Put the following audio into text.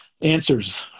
answers